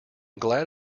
glad